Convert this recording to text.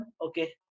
Okay